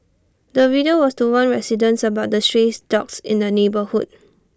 the video was to warn residents about the stray dogs in the neighbourhood